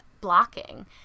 blocking